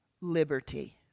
liberty